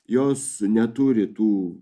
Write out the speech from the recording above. jos neturi tų